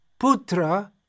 putra